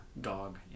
dog